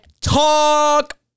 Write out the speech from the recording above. Talk